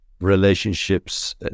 relationships